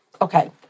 Okay